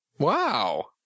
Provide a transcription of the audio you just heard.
Wow